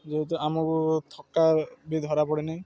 ଯେହେତୁ ଆମକୁ ଥକା ବି ଧରାପଡ଼େ ନାହିଁ